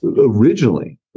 originally